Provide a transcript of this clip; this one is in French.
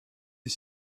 est